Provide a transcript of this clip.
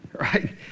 right